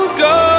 go